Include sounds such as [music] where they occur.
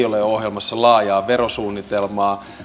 [unintelligible] ole ohjelmassa laajaa verosuunnitelmaa